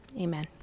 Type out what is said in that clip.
Amen